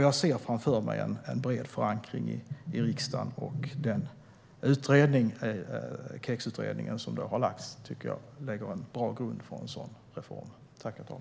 Jag ser framför mig en bred förankring i riksdagen, och jag tycker att KEX-utredningen lägger en bra grund för reformen.